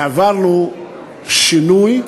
העברנו שינוי,